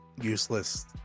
useless